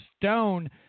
Stone